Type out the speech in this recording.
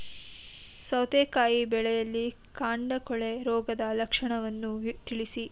ಸೌತೆಕಾಯಿ ಬೆಳೆಯಲ್ಲಿ ಕಾಂಡ ಕೊಳೆ ರೋಗದ ಲಕ್ಷಣವನ್ನು ತಿಳಿಸಿ?